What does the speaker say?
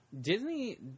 Disney